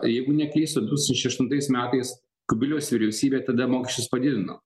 jeigu neklystu du tūkstančiai aštuntais metais kubiliaus vyriausybė tada mokesčius padidino